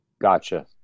Gotcha